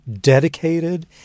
dedicated